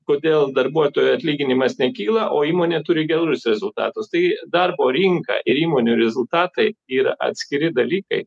kodėl darbuotojo atlyginimas nekyla o įmonė turi gerus rezultatus tai darbo rinka ir įmonių rezultatai yra atskiri dalykai